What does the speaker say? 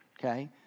okay